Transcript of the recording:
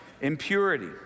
impurity